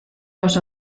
los